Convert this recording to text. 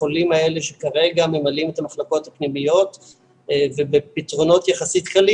החולים האלה שכרגע ממלאים את המחלקות הפנימיות ובפתרונות יחסית קלים